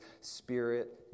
Spirit